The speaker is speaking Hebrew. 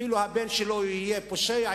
אפילו שהבן שלו יהיה פושע,